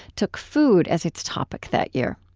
took food as its topic that year.